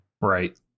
Right